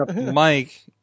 Mike